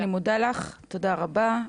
אני מודה לך, תודה רבה.